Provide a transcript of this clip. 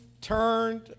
turned